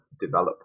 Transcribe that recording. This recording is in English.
develop